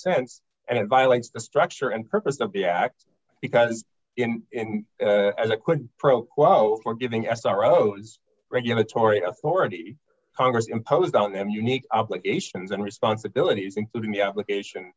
sense and it violates the structure and purpose of the act because as a quid pro quo for giving us our roes regulatory authority congress imposed on them unique obligations and responsibilities including the obligation